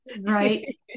right